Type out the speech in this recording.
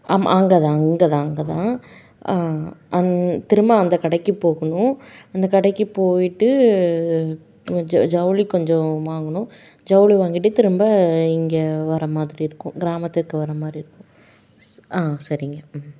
அம் அங்கே தான் அங்கே தான் அங்கே தான் அங் திரும்ப அந்த கடைக்கு போகணும் அந்த கடைக்கு போய்ட்டு அங்கே ஜ ஜவுளி கொஞ்சம் வாங்கணும் ஜவுளி வாங்கிட்டு திரும்ப இங்கே வர மாதிரி இருக்கும் கிராமத்திற்கு வர மாதிரி இருக்கும் ஸ் ஆ சரிங்க ம்